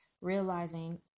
realizing